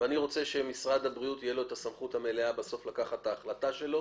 ואני רוצה שלמשרד הבריאות תהיה את הסמכות המלאה בסוף לקחת את ההחלטה שלו